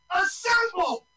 assemble